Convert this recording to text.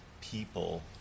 people